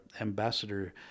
ambassador